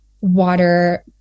water